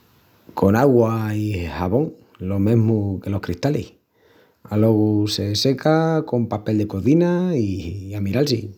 Con augua i xabón, lo mesmu que los cristalis. Alogu se seca con papel de cozina i a miral-si.